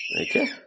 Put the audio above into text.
Okay